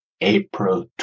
April